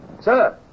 sir